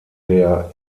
der